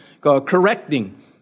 correcting